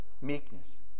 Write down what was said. meekness